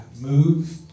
move